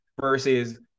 versus